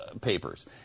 papers